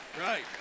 Right